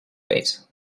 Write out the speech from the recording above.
wait